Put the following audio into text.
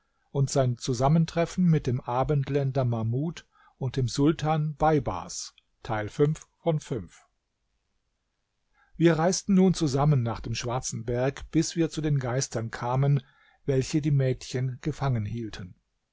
wir reisten nun zusammen nach dem schwarzen berg bis wir zu den geistern kamen welche die mädchen gefangen hielten